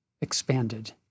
expanded